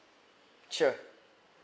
sure